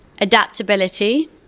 adaptability